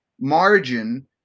margin